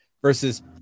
Versus